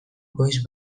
goiz